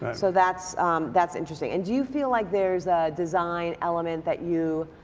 so that's that's interesting. and do you feel like there's a design element that you